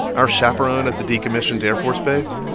our chaperone at the decommissioned air force base?